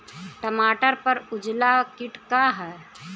टमाटर पर उजला किट का है?